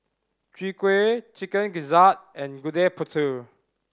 Chwee Kueh Chicken Gizzard and Gudeg Putih